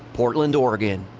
portland, oregon.